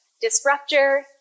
disruptor